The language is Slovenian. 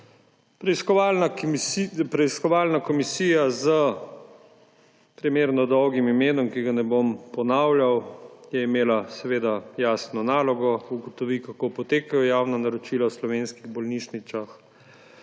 Preiskovalna komisija s primerno dolgim imenom, ki ga ne bom ponavljal, je imela seveda jasno nalogo ugotoviti, kako potekajo javna naročila v slovenskih bolnišnicah,